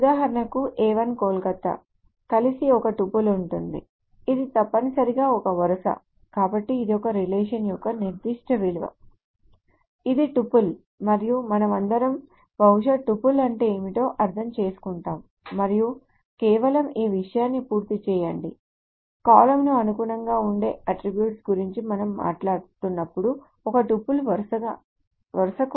ఉదాహరణకు A 1 కోల్కతా కలిసి ఒక టుపుల్ ఉంటుంది ఇది తప్పనిసరిగా ఒక వరుస కాబట్టి ఇది రిలేషన్ యొక్క ఒక నిర్దిష్ట విలువ ఇది టుపుల్ మరియు మనమందరం బహుశా టుపుల్ అంటే ఏమిటో అర్థం చేసుకుంటాము మరియు కేవలం ఈ విషయాన్ని పూర్తి చేయండి కాలమ్కు అనుగుణంగా ఉండే ఆస్ట్రిబ్యూట్ గురించి మనం మాట్లాడు తున్నప్పుడు ఒక టుపుల్ వరుసకు అనుగుణంగా ఉంటుంది